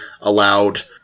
allowed